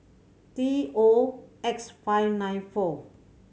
T O X five nine four